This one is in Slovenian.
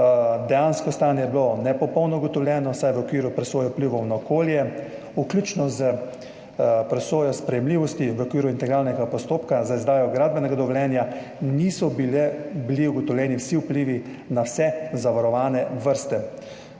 Dejansko stanje je bilo ugotovljeno kot nepopolno, vsaj v okviru presoje vplivov na okolje, vključno s presojo sprejemljivosti. V okviru integralnega postopka za izdajo gradbenega dovoljenja niso bili ugotovljeni vsi vplivi na vse zavarovane vrste.